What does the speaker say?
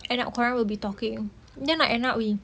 end up kau orang will be talking then like at night we